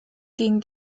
ging